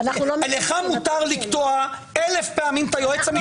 לך מותר לקטוע אלף פעמים את היועץ המשפטי.